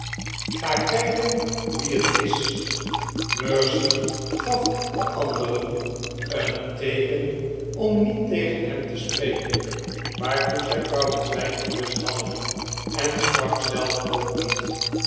ga kijken wie het is mercy gaf den anderen een teeken om niet tegen hem te spreken waartoe zij trouwens weinig lust hadden en sprak zelf qok niet